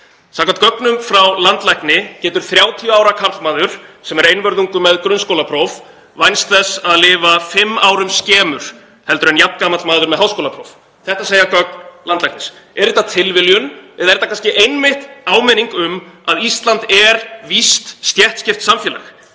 Samkvæmt gögnum frá landlækni getur 30 ára karlmaður, sem er einvörðungu með grunnskólapróf, vænst þess að lifa fimm árum skemur en jafn gamall maður með háskólapróf. Þetta segja gögn landlæknis. Er þetta tilviljun eða er þetta einmitt áminning um að Ísland er víst stéttskipt samfélag?